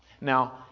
now